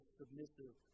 submissive